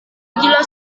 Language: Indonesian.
gila